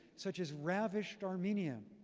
such as ravished armenia.